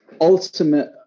ultimate